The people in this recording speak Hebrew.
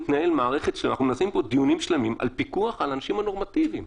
אנחנו עושים פה דיונים שלמים על פיקוח על האנשים הנורמטיביים,